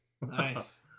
Nice